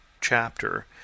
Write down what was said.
chapter